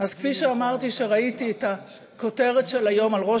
אז כפי שאמרתי כשראיתי את הכותרת של היום על ראש